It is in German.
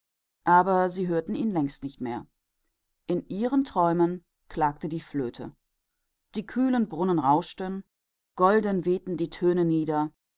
aber sie hörten ihn längst nicht mehr in ihren träumen klagte die flöte die kühlen brunnen rauschten golden wehten die töne nieder